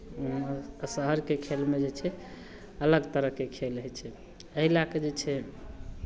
शहरके खेलमे जे छै अलग तरहके खेल होइ छै एहि लऽ कऽ जे छै